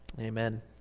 Amen